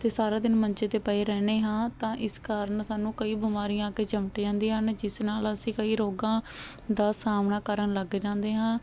ਅਤੇ ਸਾਰਾ ਦਿਨ ਮੰਜੇ 'ਤੇ ਪਏ ਰਹਿੰਦੇ ਹਾਂ ਤਾਂ ਇਸ ਕਾਰਨ ਸਾਨੂੰ ਕਈ ਬਿਮਾਰੀਆਂ ਅੱਗੇ ਚਿਮਟ ਜਾਂਦੀਆਂ ਹਨ ਜਿਸ ਨਾਲ ਅਸੀਂ ਕਈ ਰੋਗਾਂ ਦਾ ਸਾਹਮਣਾ ਕਰਨ ਲੱਗ ਜਾਂਦੇ ਹਾਂ